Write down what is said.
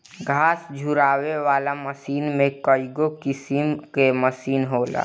घास झुरवावे वाला मशीन में कईगो किसिम कअ मशीन होला